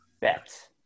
Bet